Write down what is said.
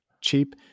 cheap